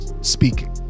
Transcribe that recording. speaking